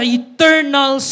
eternal